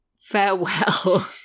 Farewell